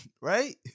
right